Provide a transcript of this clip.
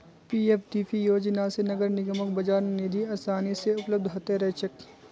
PFDP योजना स नगर निगमक बाजार निधि आसानी स उपलब्ध ह त रह छेक